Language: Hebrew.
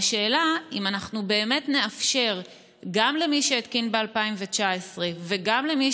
השאלה היא אם אנחנו באמת נאפשר גם למי שהתקין ב-2019 וגם למי